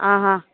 आं हा